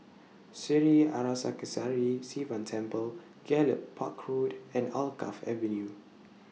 Sri Arasakesari Sivan Temple Gallop Park Road and Alkaff Avenue